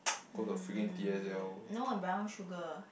um no and brown sugar